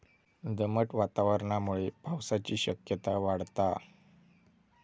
दमट वातावरणामुळे पावसाची शक्यता वाढता